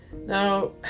Now